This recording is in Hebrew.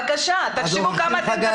בבקשה, תחשבו כמה אתם תפסידו.